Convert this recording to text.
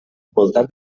envoltat